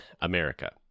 America